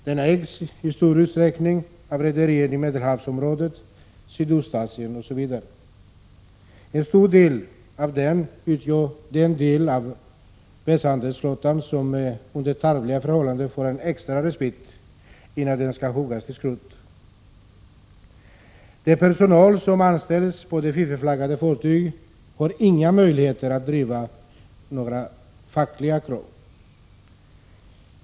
Den ägs i stor utsträckning av rederier i Medelhavsområdet, Sydostasien osv. En stor del av dessa fartyg utgör den del av världshandelsflottan som under tarvliga förhållanden får en extra respit, innan den skall huggas till skrot. Den personal som anställs på de fiffelflaggade fartygen har inga möjligheter att driva några fackliga krav.